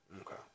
Okay